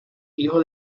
hijo